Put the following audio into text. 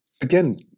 again